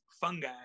fungi